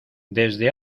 desde